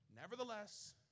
Nevertheless